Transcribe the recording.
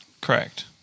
Correct